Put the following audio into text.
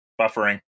Buffering